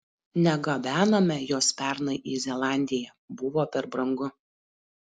negabenome jos pernai į zelandiją buvo per brangu